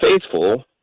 faithful